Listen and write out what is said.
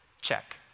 check